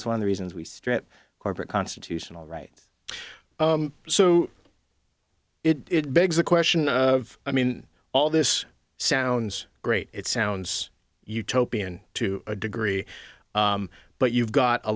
's one of the reasons we strip corporate constitutional rights so it begs the question of i mean all this sounds great it sounds utopian to a degree but you've got a